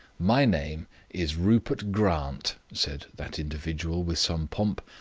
my name is rupert grant, said that individual, with some pomp.